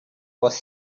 was